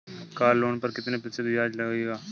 Car loan पर कितने प्रतिशत ब्याज लगेगा?